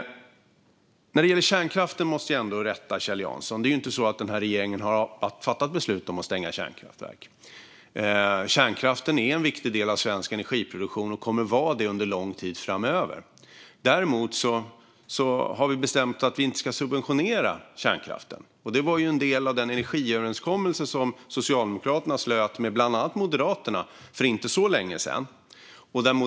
När det gäller kärnkraften måste jag ändå rätta Kjell Jansson. Regeringen har inte fattat beslut om att stänga kärnkraftverk. Kärnkraften är en viktig del av svensk energiproduktion och kommer att vara det under en lång tid framöver. Däremot har regeringen bestämt att vi inte ska subventionera kärnkraften. Det var en del av den energiöverenskommelse som Socialdemokraterna slöt med bland annat Moderaterna för inte så länge sedan.